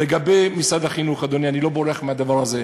לגבי משרד החינוך, אדוני, אני לא בורח מהדבר הזה.